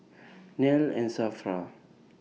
Nel and SAFRA